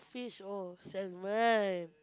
fish oh salmon